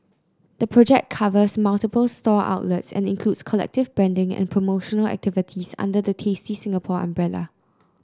the project covers multiple store outlets and includes collective branding and promotional activities under the Tasty Singapore umbrella